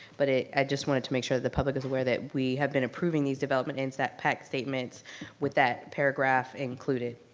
but ah i just wanted to make sure that the public is aware that we have been approving these development and impact statements with that paragraph included,